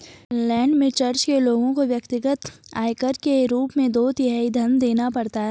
Finland में church के लोगों को व्यक्तिगत आयकर के रूप में दो तिहाई धन देना पड़ता है